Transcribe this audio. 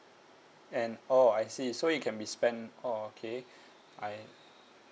and oh I see so it can be spent oh okay I